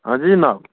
हां जी जनाब